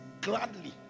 gladly